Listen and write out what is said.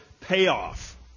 payoff